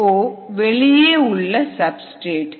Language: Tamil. S0 வெளியே உள்ள சப்ஸ்டிரேட்